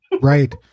Right